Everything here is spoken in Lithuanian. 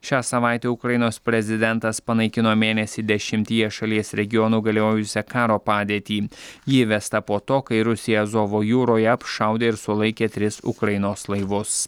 šią savaitę ukrainos prezidentas panaikino mėnesį dešimtyje šalies regionų galiojusią karo padėtį ji įvesta po to kai rusija azovo jūroje apšaudė ir sulaikė tris ukrainos laivus